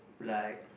like